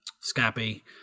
scabby